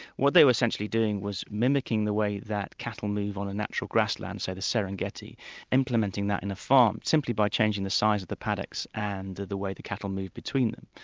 what they were essentially doing was mimicking the way that cattle move on a natural grassland say the serengeti implementing that in a farm, simply by changing the size of the paddocks and the way the cattle move between them.